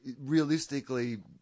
realistically